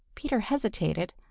peter hesitated,